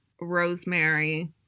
rosemary